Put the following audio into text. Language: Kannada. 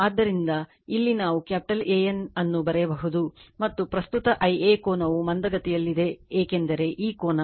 ಆದ್ದರಿಂದ ಇಲ್ಲಿ ನಾವು ಕ್ಯಾಪಿಟಲ್ AN ಅನ್ನು ಬರೆಯಬಹುದು ಮತ್ತು ಪ್ರಸ್ತುತ Ia ಕೋನವು ಮಂದಗತಿಯಲ್ಲಿದೆ ಏಕೆಂದರೆ ಈ ಕೋನ